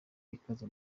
ikaze